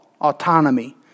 autonomy